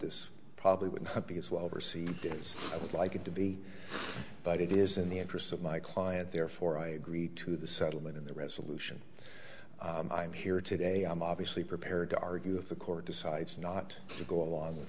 this probably would not be as well received it is i would like it to be but it is in the interest of my client therefore i agree to the settlement in the resolution i'm here today i'm obviously prepared to argue that the court decides not to go along with